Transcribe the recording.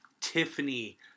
Tiffany